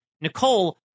Nicole